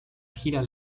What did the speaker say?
gira